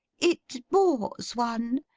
it bores one.